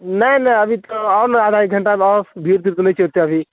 नहि नहि अभी तऽ आउ ने आधा एक घण्टामे आउ भीड़ तीड़ तऽ नहि छै ओतेक अभी